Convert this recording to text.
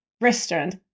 restaurant